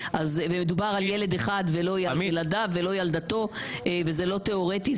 ומדובר על ילד אחד ולא ילדיו ולא ילדתו וזה לא תיאורטי,